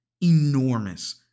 enormous